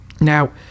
Now